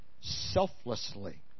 Selflessly